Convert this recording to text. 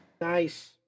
Nice